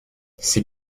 ces